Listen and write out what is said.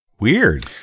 Weird